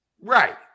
Right